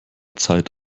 zeit